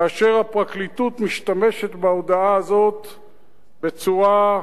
כאשר הפרקליטות משתמשת בהודעה הזאת בצורה,